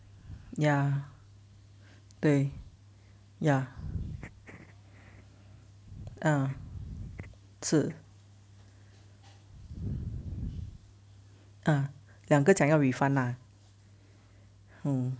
ya 对 ya ah 是 ah 两个讲要 refund ah